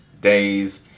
days